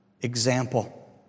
example